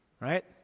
Right